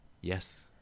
Yes